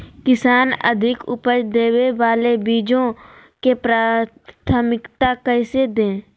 किसान अधिक उपज देवे वाले बीजों के प्राथमिकता कैसे दे?